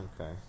Okay